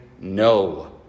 no